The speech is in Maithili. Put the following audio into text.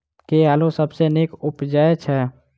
केँ आलु सबसँ नीक उबजय छै?